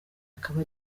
akaba